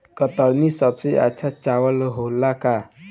कतरनी सबसे अच्छा चावल होला का?